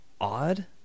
odd